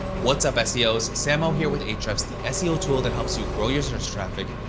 what's up ah seos? sam oh here with ahrefs, the seo tool that helps you grow your search traffic,